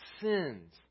sins